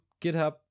Github